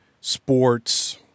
sports